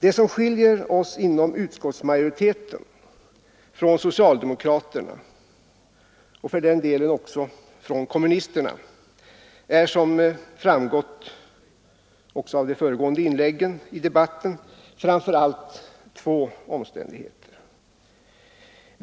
Det som skiljer oss inom utskottsmajoriteten från socialdemokraterna — och för den delen från kommunisterna — är som framgått också av de föregående inläggen i debatten framför allt två omständigheter.